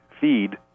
feed